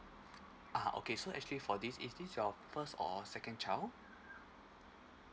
ah okay so actually for this is this your first or second child